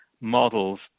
models